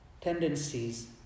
tendencies